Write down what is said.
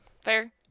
Fair